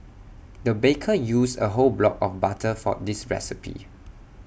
the baker used A whole block of butter for this recipe